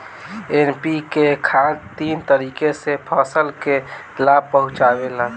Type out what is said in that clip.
NPK खाद तीन तरीके से फसल के लाभ पहुंचावेला